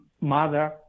mother